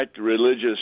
religious